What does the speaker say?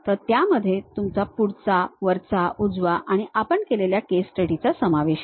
तर त्यामध्ये तुमचा पुढचा वरचा उजवा आणि आपण केलेल्या केस स्टडीचा समावेश आहे